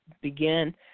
begin